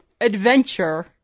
adventure